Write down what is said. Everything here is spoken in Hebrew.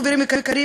חברים יקרים,